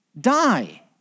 die